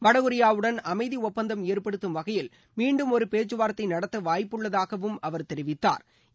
வடகொரியாவுடன் அமைதி ஒப்பந்தம் ஏற்படுத்தும் வகையில் மீண்டும் ஒரு பேச்சவார்த்தை நடத்த வாய்ப்புள்ளதாகவும் அவர் தெரிவித்தாா்